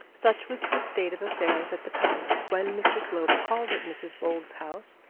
such was the state of affairs at the palace, when mr slope called at mrs bold's house,